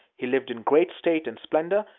he lived in great state and splendor,